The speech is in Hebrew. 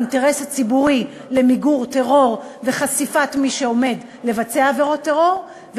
האינטרס הציבורי למיגור טרור וחשיפת מי שעומד לבצע עבירות טרור,